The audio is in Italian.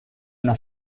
una